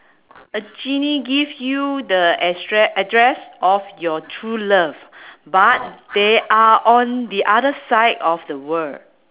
a genie give you the address address of your true love but they are on the other side of the world